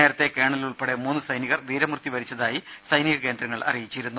നേരത്തെ കേണൽ ഉൾപ്പെടെ മൂന്നു സൈനികർ വീരമൃത്യു വരിച്ചതായി സൈനിക കേന്ദ്രങ്ങൾ അറിയിച്ചിരുന്നു